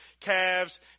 calves